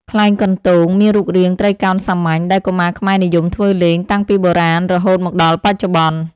ខ្លែងកន្ទោង មានរូបរាងត្រីកោណសាមញ្ញ ដែលកុមារខ្មែរនិយមធ្វើលេងតាំងពីបុរាណរហូតមកដល់បច្ចុប្បន្ន។